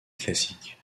classiques